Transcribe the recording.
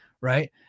right